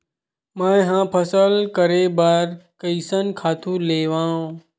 मैं ह फसल करे बर कइसन खातु लेवां?